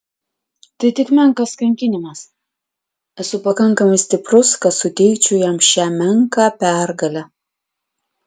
tai tik menkas kankinimas esu pakankamai stiprus kad suteikčiau jam šią menką pergalę